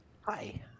Hi